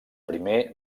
primer